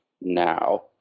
now